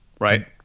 Right